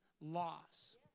loss